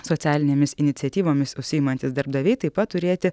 socialinėmis iniciatyvomis užsiimantys darbdaviai taip pat turėti